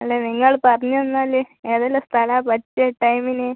അല്ല നിങ്ങൾ പറഞ്ഞു തന്നാൽ ഏതെല്ലാം സ്ഥലമാണ് പറ്റിയ ടൈമിന്